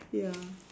ya